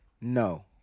No